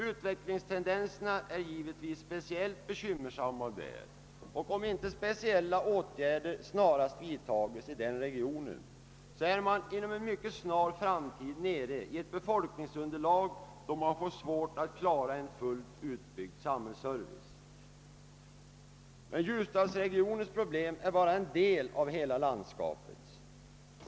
Utvecklingstendenserna är givetvis speciellt bekymmersamma där, och om inte särskilda åtgärder snarast vidtas i denna region, är man inom en mycket snar framtid nere vid ett sådant befolkningsunderlag att det blir svårt att klara en fullt utbyggd samhällsservice. Men ljusdalsregionens problem är bara en del av hela landskapets.